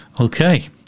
okay